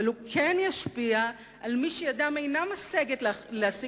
אבל הוא כן ישפיע על מי שידם אינה משגת לתת